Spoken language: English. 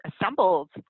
assembled